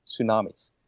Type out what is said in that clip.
tsunamis